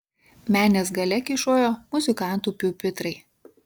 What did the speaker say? menės gale kyšojo muzikantų piupitrai